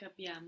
Capiamo